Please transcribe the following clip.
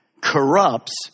corrupts